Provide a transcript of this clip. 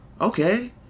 okay